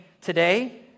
today